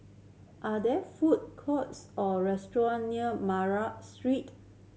are there food courts or restaurant near Street